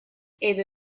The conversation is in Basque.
edo